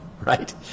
Right